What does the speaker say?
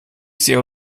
sehr